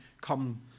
come